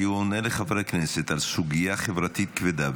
כי הוא עונה לחברי כנסת על סוגיה חברתית כבדה,